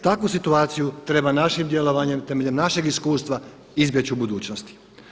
Takvu situaciju treba našim djelovanjem temeljem našeg iskustva izbjeći u budućnosti.